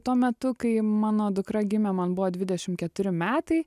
tuo metu kai mano dukra gimė man buvo dvidešim keturi metai